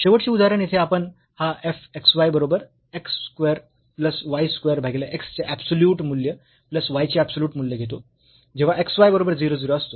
शेवटचे उदाहरण येथे आपण हा fx y बरोबर x square plus y square भागीले x चे ऍबसोल्युट मूल्य प्लस y चे ऍबसोल्युट मूल्य घेतो जेव्हा x y बरोबर 0 0 असतो